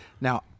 Now